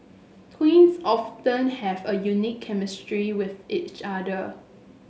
twins often have a unique chemistry with each other